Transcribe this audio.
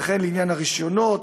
וכן לעניין הרישיונות,